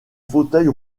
fauteuil